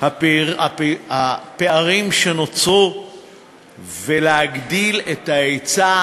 הפערים שנוצרו ולהגדיל את ההיצע,